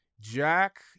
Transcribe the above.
Jack